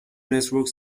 network